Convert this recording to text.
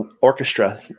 orchestra